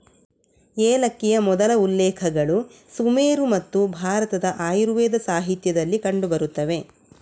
ಏಲಕ್ಕಿಯ ಮೊದಲ ಉಲ್ಲೇಖಗಳು ಸುಮೇರು ಮತ್ತು ಭಾರತದ ಆಯುರ್ವೇದ ಸಾಹಿತ್ಯದಲ್ಲಿ ಕಂಡು ಬರುತ್ತವೆ